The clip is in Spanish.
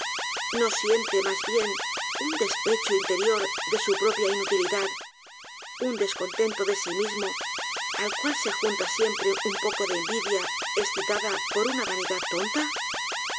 no siente mas bien un despecho interior de su propia inutilidad un descontento de si mismo al cual se junta siempre un poco de envidia escitada por una vanidad tonta